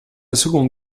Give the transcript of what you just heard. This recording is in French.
seconde